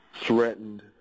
threatened